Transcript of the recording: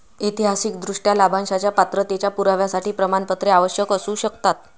ऐतिहासिकदृष्ट्या, लाभांशाच्या पात्रतेच्या पुराव्यासाठी प्रमाणपत्रे आवश्यक असू शकतात